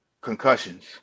concussions